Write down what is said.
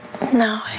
No